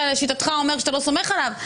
שלשיטתך אתה אומר שאתה לא סומך עליו,